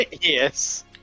Yes